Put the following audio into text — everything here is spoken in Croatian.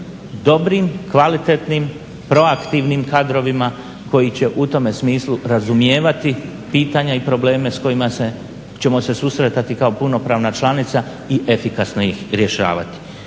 dobrim, kvalitetnim, proaktivnim kadrovima koji će u tome smislu razumijevati pitanja i probleme s kojima ćemo se susretati kao punopravna članica i efikasno ih rješavati.